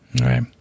Right